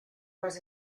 más